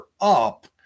up